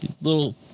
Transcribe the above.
little